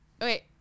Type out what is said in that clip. Wait